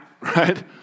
right